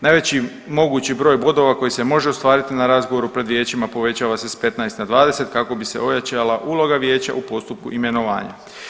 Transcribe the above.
Najveći mogući broj bodova koji se može ostvariti na razgovoru pred vijećima povećava se s 15 na 20 kako bi se ojačala uloga vijeća u postupku imenovanja.